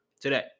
today